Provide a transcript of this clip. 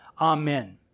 Amen